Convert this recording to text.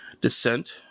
Descent